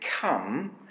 come